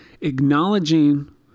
Acknowledging